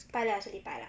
拜六还是礼拜啦